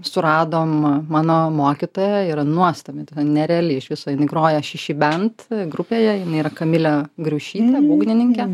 suradom mano mokytoją yra nuostabi ta nereali iš viso jinai groja šeši bent grupėje jinai yra kamilė griušytė būgnininkė